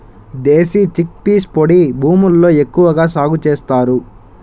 దేశీ chickpeas పొడి భూముల్లో ఎక్కువగా సాగు చేస్తారు